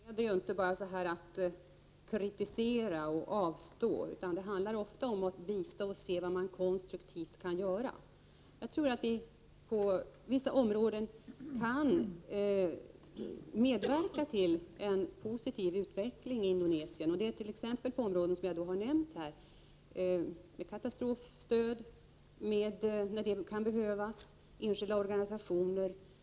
Herr talman! I biståndspolitiken handlar det inte bara om att kritisera och avstå, utan det handlar ofta om att bistå och se vad man konstruktivt kan | göra. Jag tror att vi på vissa områden kan medverka till en positiv utveckling i Indonesien, t.ex. på områden som jag har nämnt: med katastrofstöd, när det kan behövas, med stöd till enskilda organisationer.